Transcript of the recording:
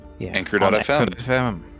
Anchor.fm